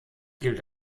gilt